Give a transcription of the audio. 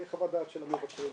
לחוות הדעת של המבקרים,